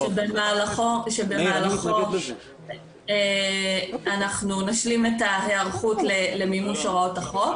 שבמהלכו אנחנו נשלים את ההיערכות למימוש הוראות החוק,